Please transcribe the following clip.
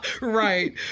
Right